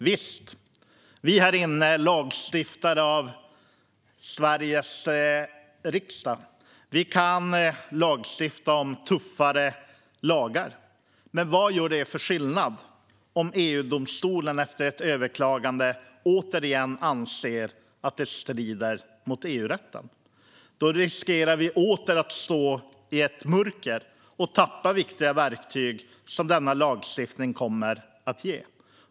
Visst kan vi, lagstiftare av Sveriges riksdag, fatta beslut om tuffare lagar, men vad gör det för skillnad om EU-domstolen efter ett överklagande återigen anser att det strider mot EU-rätten? Vi riskerar att åter stå i ett mörker och tappa viktiga verktyg som denna lagstiftning kommer att ge.